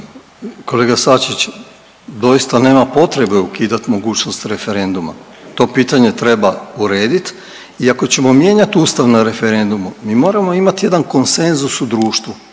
Kolega Sačić, doista nema potrebe ukidat mogućnost referenduma, to pitanje treba uredit i ako ćemo mijenjat Ustav na referendumu mi moramo imati jedan konsenzus u društvu,